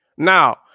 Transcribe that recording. Now